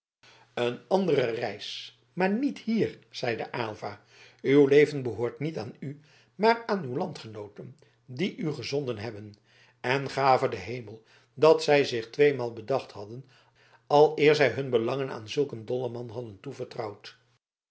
een andere reis maar niet hier zeide aylva uw leven behoort niet aan u maar aan uw landgenooten die u gezonden hebben en gave de hemel dat zij zich tweemalen bedacht hadden aleer zij hun belangen aan zulk een dolleman hadden toevertrouwd